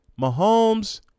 mahomes